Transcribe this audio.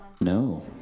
no